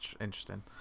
interesting